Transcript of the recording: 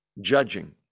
judging